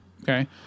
okay